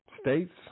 states